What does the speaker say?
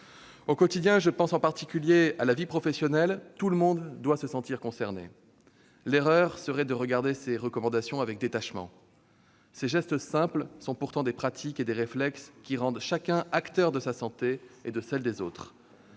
Au quotidien- je pense en particulier à la vie professionnelle -, tout le monde doit se sentir concerné. L'erreur serait de regarder ces recommandations avec détachement. Ces gestes simples sont des pratiques et des réflexes qui rendent chacun acteur de sa santé et de celle des autres.